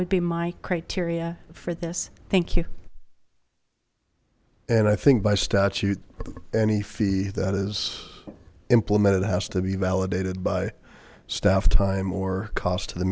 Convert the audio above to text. would be my criteria for this thank you and i think by statute any fee that is implemented has to be validated by staff time or cost to the